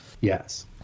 Yes